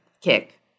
kick